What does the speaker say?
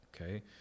okay